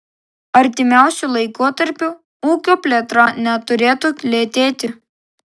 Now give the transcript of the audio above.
artimiausiu laikotarpiu ūkio plėtra neturėtų lėtėti